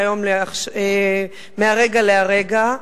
מהרגע להרגע.